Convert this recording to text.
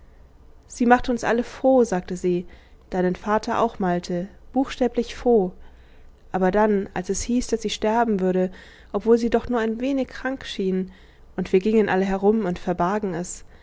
sie machte uns alle froh sagte sie deinen vater auch malte buchstäblich froh aber dann als es hieß daß sie sterben würde obwohl sie doch nur ein wenig krank schien und wir gingen alle herum und verbargen es